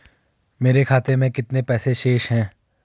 मेरे खाते में कितने पैसे शेष हैं?